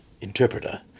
interpreter